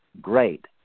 Great